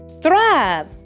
thrive